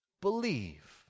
Believe